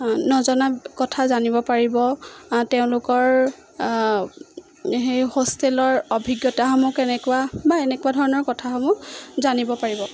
নজনা কথা জানিব পাৰিব তেওঁলোকৰ সেই হোষ্টেলৰ অভিজ্ঞতাসমূহ কেনেকুৱা বা এনেকুৱা ধৰণৰ কথাসমূহ জানিব পাৰিব